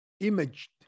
imaged